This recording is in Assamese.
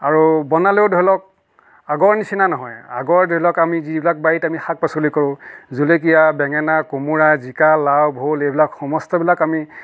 আৰু বনালেও ধৰি লওক আগৰ নিচিনা নহয় আগৰ ধৰি লওক আমি যিবিলাক বাৰীত আমি শাক পাচলি কৰোঁ জলকীয়া বেঙেনা কোমোৰা জিকা লাও ভোল এইবিলাক সমষ্টবিলাক আমি